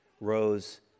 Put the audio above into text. rose